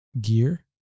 gear